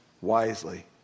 wisely